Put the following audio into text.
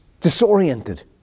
disoriented